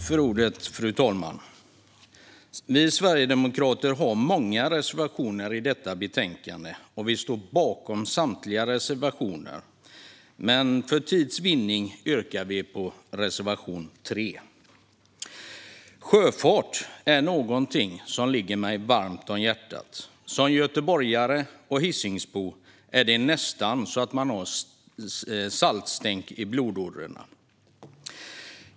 Fru talman! Vi sverigedemokrater har många reservationer i detta betänkande, och vi står bakom samtliga. För tids vinnande yrkar jag dock bifall enbart till reservation 3. Sjöfart är något som ligger mig varmt om hjärtat - som göteborgare och Hisingsbo är det nästan så att man har saltstänk i blodådrorna.